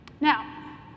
Now